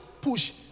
Push